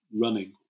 running